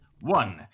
One